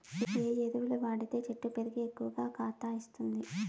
ఏ ఎరువులు వాడితే చెట్టు పెరిగి ఎక్కువగా కాత ఇస్తుంది?